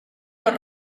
los